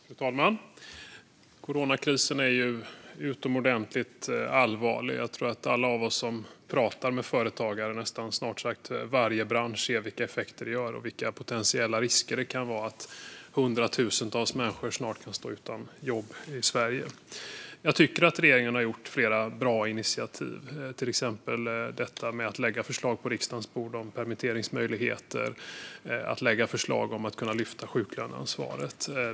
Fru talman! Coronakrisen är utomordentligt allvarlig. Jag tror att alla vi som pratar med företagare ser vilka effekter den ger och vilka potentiella risker det finns. Det gäller snart sagt varje bransch. Hundratusentals människor kan snart stå utan jobb i Sverige. Jag tycker att regeringen har tagit flera bra initiativ, till exempel att lägga förslag på riksdagens bord om permitteringsmöjligheter och om att lyfta sjuklöneansvaret.